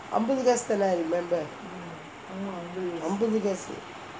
அம்பது காசு தானா:ambathu kaasu thaana I remember